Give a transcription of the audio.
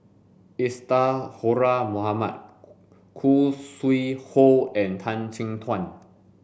Isadhora Mohamed Khoo Sui Hoe and Tan Chin Tuan